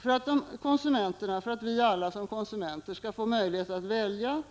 För alla vi som konsumenter skall få möjlighet att välja